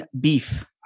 beef